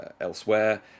elsewhere